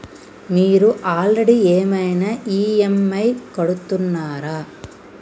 మీరు ఆల్రెడీ ఏమైనా ఈ.ఎమ్.ఐ కడుతున్నారా?